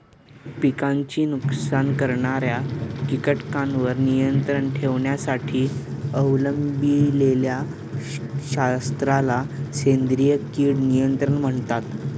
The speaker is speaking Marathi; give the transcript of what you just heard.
पिकांचे नुकसान करणाऱ्या कीटकांवर नियंत्रण ठेवण्यासाठी अवलंबिलेल्या शास्त्राला सेंद्रिय कीड नियंत्रण म्हणतात